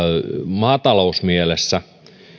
maatalousmielessä